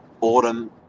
autumn